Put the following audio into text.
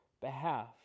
behalf